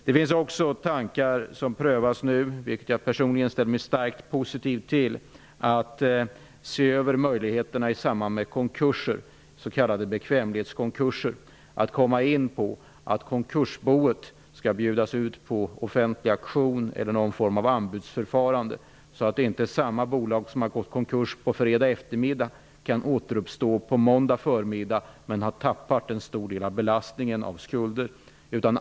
Det finns också förslag, som prövas nu och som jag personligen ställer mig starkt positiv till, om att man skall se över möjligheterna att i samband med s.k. bekvämlighetskonkurser bjuda ut konkursboet på offentlig auktion eller tillämpa någon form av anbudsförfarande, så att inte ett bolag som har gått i konkurs på fredag eftermiddag kan återuppstå på måndag förmiddag men ha tappat en stor del av skuldbelastningen.